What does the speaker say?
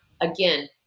again